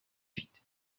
huit